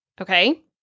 Okay